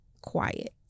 quiet